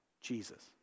Jesus